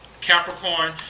Capricorn